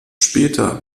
später